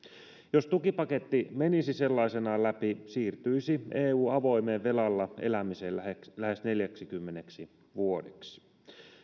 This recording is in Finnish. jos tukipaketti menisi sellaisenaan läpi siirtyisi eu avoimeen velalla elämiseen lähes neljäksikymmeneksi vuodeksi